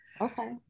Okay